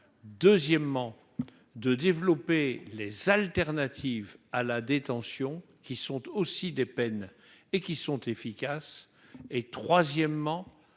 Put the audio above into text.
deuxièmement, de développer les alternatives à la détention, qui sont aussi des peines et qui sont efficaces,